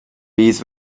bydd